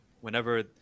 whenever